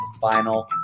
final